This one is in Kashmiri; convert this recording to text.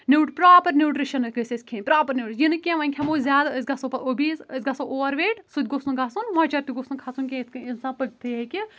پرٛاپر نیوٗٹرٛیشَن گٔژھۍ اسۍ کھیٚنۍ پرٛاپر یہِ نہٕ کیٚنٛہہ وۄنۍ کھٮ۪مو زیادٕ أسۍ گَژھو پتہٕ اوبیٖز أسۍ گَژھو اووَر ویٹ سہُ تہِ گوٚژھ نہٕ گَژُھن مۄچَر تہِ گوٚژھ نہٕ کَھسُن کیٚنٛہہ یِتھ کٕنۍ اِنسان پٕکۍتھے ہیٚکہِ